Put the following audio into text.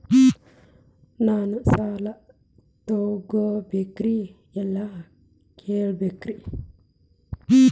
ನಾನು ಸಾಲ ತೊಗೋಬೇಕ್ರಿ ಎಲ್ಲ ಕೇಳಬೇಕ್ರಿ?